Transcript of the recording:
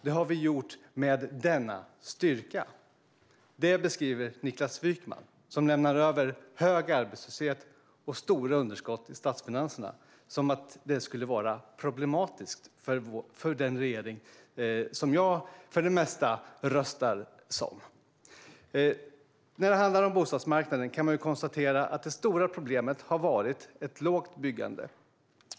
Det har vi gjort med denna styrka. Det här beskriver Niklas Wykman, som lämnade över hög arbetslöshet och stora underskott i statsfinanserna, som något som skulle vara problematiskt för den regering som jag för det mesta röstar som. När det handlar om bostadsmarknaden kan man konstatera att det stora problemet har varit ett lågt byggande.